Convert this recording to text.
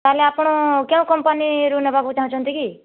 ତା'ହେଲେ ଆପଣ କେଉଁ କମ୍ପାନୀରୁ ନେବାକୁ ଚାହୁଁଛନ୍ତି କି